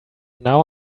now